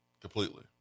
completely